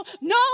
no